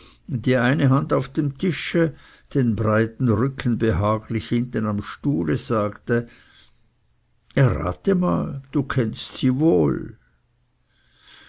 die eine hand auf dem tische den breiten rücken behaglich hinten am stuhle sagte errate mal du kennst sie wohl